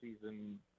season